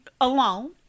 alone